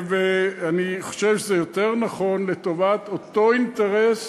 ואני חושב שזה יותר נכון, לטובת אותו אינטרס